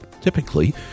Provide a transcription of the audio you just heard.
Typically